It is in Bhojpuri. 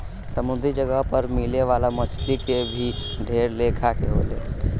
समुंद्री जगह पर मिले वाला मछली के भी ढेर लेखा के होले